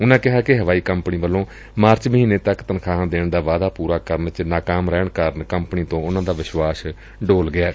ਉਨੂਾਂ ਕਿਹਾ ਕਿ ਹਵਾਈ ਕੰਪਨੀ ਵੱਲੋਂ ਮਾਰਚ ਮਹੀਨੇ ਤੱਕ ਤਨਖਾਹਾਂ ਦੇਣ ਦਾ ਵਾਅਦਾ ਪੂਰਾ ਕਰਨ ਚ ਨਾਕਾਮ ਰਹਿਣ ਕਾਰਨ ਕੰਪਨੀ ਤੋਂ ਉਨ੍ਹਾਂ ਦਾ ਵਿਸ਼ਵਾਸ ਡੋਲ ਗਿਐ